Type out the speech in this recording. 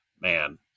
Man